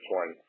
one